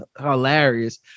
hilarious